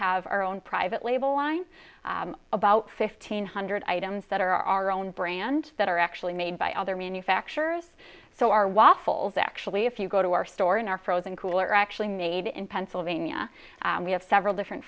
have our own private label line about fifteen hundred items that are our own brand that are actually made by other manufacturers so our waffles actually if you go to our store in our frozen cooler actually made in pennsylvania we have several different